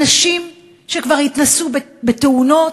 אנשים שכבר התנסו בתאונות,